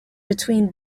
between